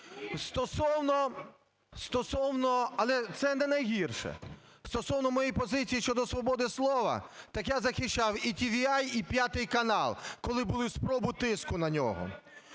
Стосовно моєї позиції щодо свободи слова, так я захищав і ТVі, і "5 канал", коли були спроби тиску на нього.